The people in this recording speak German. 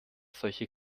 solche